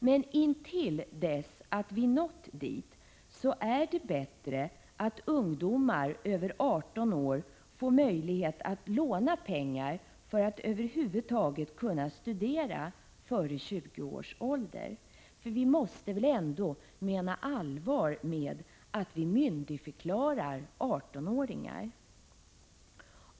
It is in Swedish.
Men intill dess att vi nått dit är det bättre att ungdomar över 18 år får möjlighet att låna pengar för att över huvud taget kunna studera före 20 års ålder, för vi måste väl ändå mena allvar med att vi myndigförklarat 18-åringar.